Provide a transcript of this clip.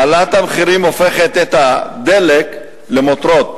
העלאת המחירים הופכת את הדלק למותרות